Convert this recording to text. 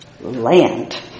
land